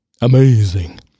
amazing